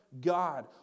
God